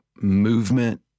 movement